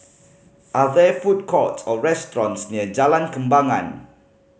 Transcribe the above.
are there food courts or restaurants near Jalan Kembangan